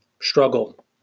struggle